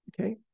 Okay